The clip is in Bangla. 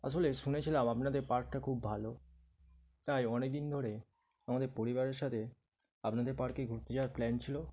আসলে শুনেছিলাম আপনাদের পার্কটা খুব ভালো তাই অনেক দিন ধরে আমাদের পরিবারের সাথে আপনাদের পার্কে ঘুরতে যাওয়ার প্ল্যান ছিল